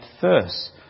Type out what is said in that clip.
first